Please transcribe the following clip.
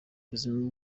buzima